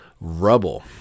rubble